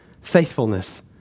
faithfulness